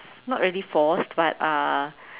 not really forced but uh